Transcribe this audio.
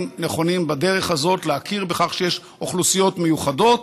נכונים בדרך הזאת להכיר בכך שיש אוכלוסיות מיוחדות,